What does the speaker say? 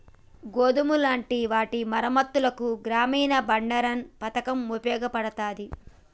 గోదాములు లాంటి వాటి మరమ్మత్తులకు గ్రామీన బండారన్ పతకం ఉపయోగపడతాది